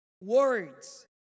words